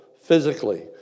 physically